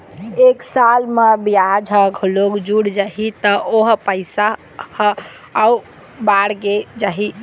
एक साल म बियाज ह घलोक जुड़ जाही त ओ पइसा ह अउ बाड़गे जाही